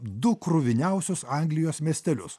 du kruviniausius anglijos miestelius